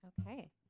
Okay